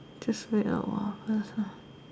just wait a while first ah